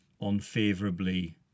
unfavorably